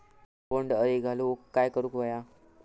बोंड अळी घालवूक काय करू व्हया?